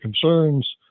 concerns